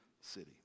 city